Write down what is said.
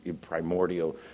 primordial